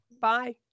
Bye